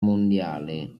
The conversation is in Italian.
mondiale